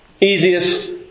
easiest